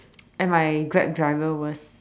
and my Grab driver was